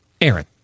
Aaron